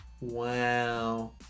Wow